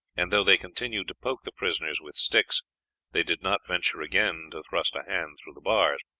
and though they continued to poke the prisoners with sticks they did not venture again to thrust a hand through the bars.